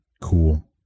cool